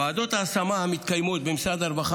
לוועדות ההשמה המתקיימות במשרד הרווחה